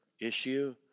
issue